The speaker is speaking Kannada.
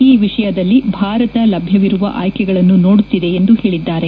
ಈ ವಿಷಯದಲ್ಲಿ ಭಾರತ ಲಭ್ಯವಿರುವ ಆಯ್ಲೆಗಳನ್ನು ನೋಡುತ್ತಿದೆ ಎಂದು ಹೇಳಿದ್ದಾರೆ